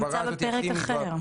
זה נמצא בפרק אחר.